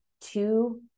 two